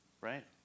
right